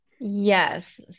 Yes